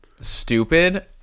stupid